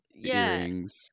earrings